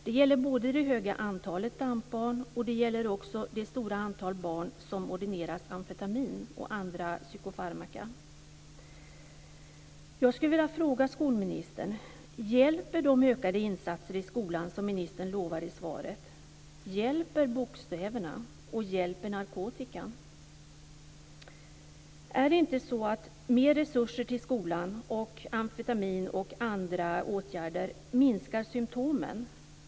Det gäller både det höga antalet DAMP-barn och det stora antal barn som ordineras amfetamin och andra psykofarmaka. Hjälper bokstäverna, och hjälper narkotikan? Är det inte så att mer resurser till skolan - och amfetamin och andra åtgärder - bara minskar symtomen?